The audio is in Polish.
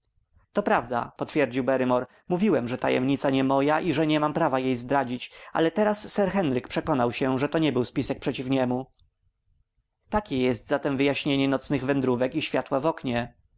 to prawda przytwierdził barrymore mówiłem że tajemnica nie moja i że nie mam prawa jej zdradzić ale teraz sir henryk przekonał się że to nie był spisek przeciw niemu takie jest zatem wyjaśnienie nocnych wędrówek i światła w oknie